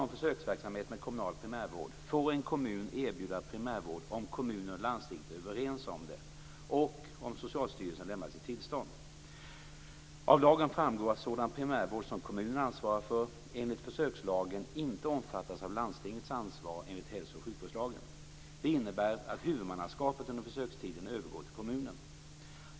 Det innebär att huvudmannaskapet under försökstiden övergår till kommunen.